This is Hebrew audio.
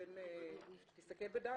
פסקה (ד)